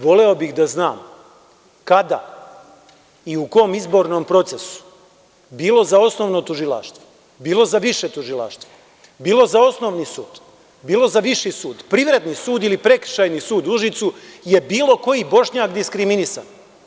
Voleo bih da znam kada i u kom izbornom procesu, bilo za osnovno tužilaštvo, bilo za više tužilaštvo, bilo za osnovni sud, bilo za viši sud, privredni sud ili prekršajni sud u Užicu, je bilo koji Bošnjak diskriminisan?